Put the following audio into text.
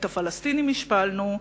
את הפלסטינים השפלנו,